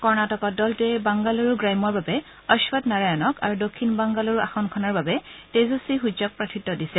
কৰ্ণাটকত দলটোৱে বাংগালুৰু গ্ৰাম্যৰ বাবে অধ্বট নাৰায়ণক আৰু দক্ষিণ বাংগালুৰু আসনখনৰ বাবে তেজস্বী সূৰ্য্যক প্ৰাৰ্থিত্ব দিছে